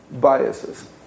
biases